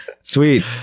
sweet